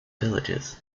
villages